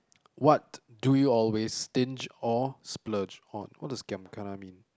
what do you always stinge or splurge on what does giam kana mean